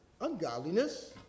ungodliness